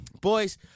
Boys